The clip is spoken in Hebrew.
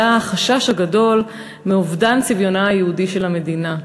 החשש הגדול מאובדן צביונה היהודי של המדינה.